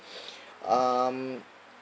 um